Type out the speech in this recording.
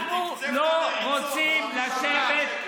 אנחנו לא רוצים לשבת.